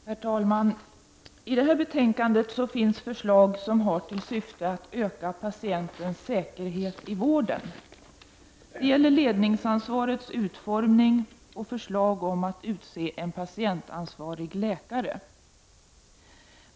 Herr talman! I detta betänkande finns förslag som har till syfte att öka patientens säkerhet i vården. Det gäller ledningsansvarets utformning och förslaget om att utse patientansvarig läkare.